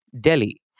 Delhi